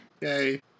Yay